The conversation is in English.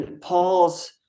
Paul's